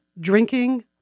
drinking